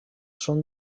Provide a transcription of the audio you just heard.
són